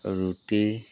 ৰুটি